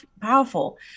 powerful